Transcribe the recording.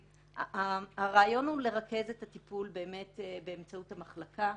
הרעיון הוא לרכז את הטיפול בזה באמצעות המחלקה.